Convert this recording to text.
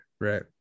right